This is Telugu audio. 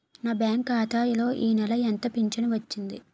నా బ్యాంక్ ఖాతా లో ఈ నెల ఎంత ఫించను వచ్చింది?